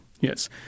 Yes